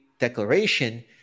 Declaration